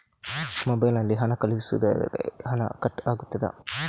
Mobile ನಲ್ಲಿ ಹಣ ಕಳುಹಿಸಿದರೆ ಹಣ ಕಟ್ ಆಗುತ್ತದಾ?